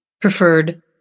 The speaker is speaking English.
preferred